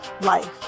life